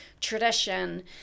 tradition